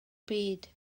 byd